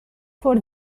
for